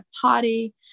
party